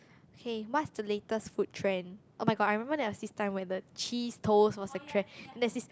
hey what's the latest food trend oh-my-god I remember there was this time where the cheese toast was the trend and there's this